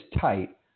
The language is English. tight